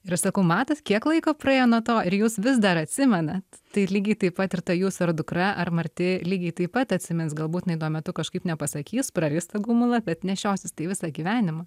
ir aš sakau matos kiek laiko praėjo nuo to ir jūs vis dar atsimenat tai lygiai taip pat ir ta jūsų ar dukra ar marti lygiai taip pat atsimins gal būt jinai tuo metu kažkaip nepasakys praris tą gumulą kad nešiosis tai visą gyvenimą